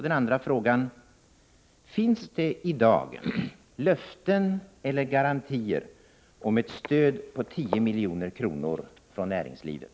Den andra frågan är: Finns det i dag löften eller garantier om ett stöd på 10 milj.kr. från näringslivet?